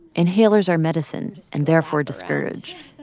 inhalers are medicine and therefore discouraged.